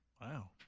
Wow